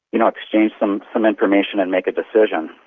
you know exchange some some information and make a decision.